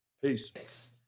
Peace